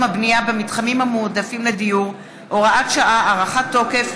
הבנייה במתחמים מועדפים לדיור (הוראת שעה) (הארכת תוקף),